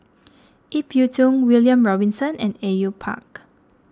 Ip Yiu Tung William Robinson and A U Yue Pak